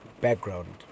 background